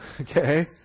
Okay